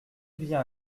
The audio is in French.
bien